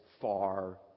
far